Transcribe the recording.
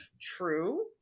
true